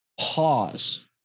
pause